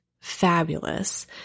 fabulous